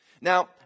Now